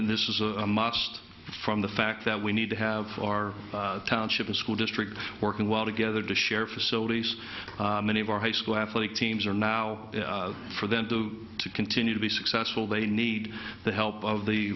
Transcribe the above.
then this is a modest from the fact that we need to have our township and school districts working well together to share facilities many of our high school athletic teams are now for them to to continue to be successful they need the help of the